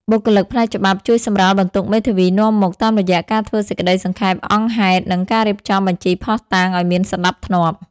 បុគ្គលិកផ្នែកច្បាប់ជួយសម្រាលបន្ទុកមេធាវីនាំមុខ តាមរយៈការធ្វើសេចក្តីសង្ខេបអង្គហេតុ និងការរៀបចំបញ្ជីភស្តុតាងឱ្យមានសណ្តាប់ធ្នាប់។